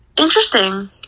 Interesting